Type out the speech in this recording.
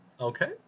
Okay